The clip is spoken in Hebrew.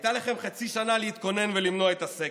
הייתה לכם חצי שנה להתכונן ולמנוע את הסגר.